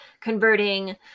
converting